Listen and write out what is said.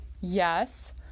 Yes